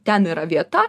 ten yra vieta